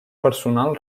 personal